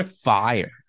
fire